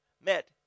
Met